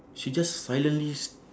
she just silently